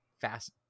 fast